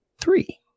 three